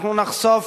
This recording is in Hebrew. אנחנו נחשוף